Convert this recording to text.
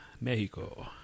Mexico